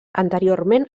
anteriorment